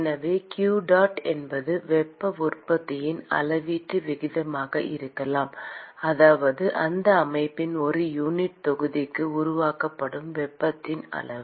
எனவே qdot என்பது வெப்ப உற்பத்தியின் அளவீட்டு விகிதமாக இருக்கலாம் அதாவது அந்த அமைப்பின் ஒரு யூனிட் தொகுதிக்கு உருவாக்கப்படும் வெப்பத்தின் அளவு